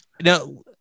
Now